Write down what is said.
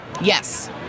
Yes